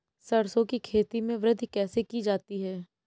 सरसो की खेती में वृद्धि कैसे की जाती है?